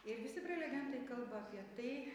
ir visi prelegentai kalba apie tai